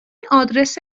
آدرس